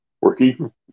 working